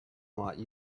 might